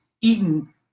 eaten